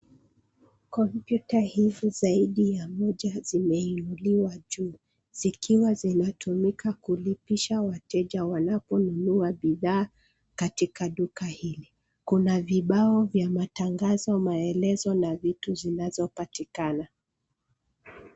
Kompyuta hizi zaidi ya moja zimeinuliwa juu zikiwa zinatumika kulipisha wateja wanaponunua bidhaa katika duka hili. Kuna vibao vya matangazo, maelezo na vitu zinazopatikana.